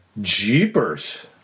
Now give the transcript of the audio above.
Jeepers